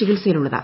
ചികിത്സയിലുള്ളത്